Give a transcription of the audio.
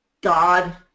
God